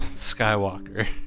Skywalker